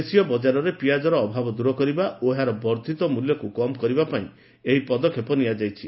ଦେଶୀୟ ବଜାରରେ ପିଆଜର ଅଭାବ ଦର କରିବା ଓ ଏହାର ବର୍ଦ୍ଧିତ ମୂଲ୍ୟକୁ କମ୍ କରିବା ପାଇଁ ଏହି ପଦକ୍ଷେପ ନିଆଯାଇଛି